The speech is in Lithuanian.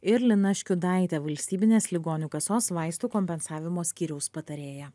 ir lina škiudaite valstybinės ligonių kasos vaistų kompensavimo skyriaus patarėja